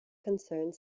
concerned